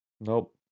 Nope